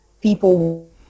people